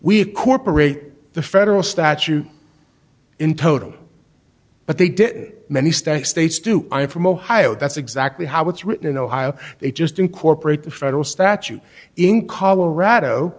have corporate the federal statute in toto but they did many stack states do i from ohio that's exactly how it's written in ohio they just incorporate the federal statute in colorado